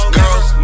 girls